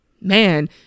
Man